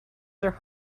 their